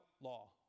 law